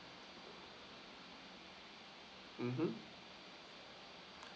mmhmm